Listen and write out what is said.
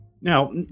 Now